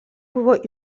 buvo